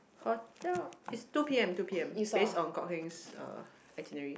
hotel it's two p_m two p_m based on Kok-Heng's um itinerary